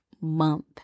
month